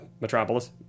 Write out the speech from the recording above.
Metropolis